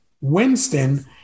Winston